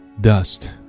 Dust